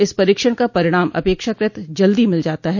इस परीक्षण का परिणाम अपेक्षाकृत जल्दी मिल जाता है